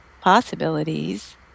possibilities